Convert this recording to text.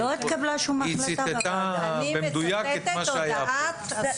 היא ציטטה במדויק את מה שהיה כאן.